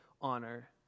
honor